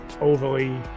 overly